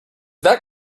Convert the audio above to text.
that